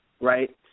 right –